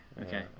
okay